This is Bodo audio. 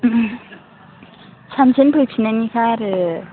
सानसेनो फैफिननायनिखा आरो